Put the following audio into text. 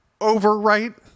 overwrite